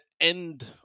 end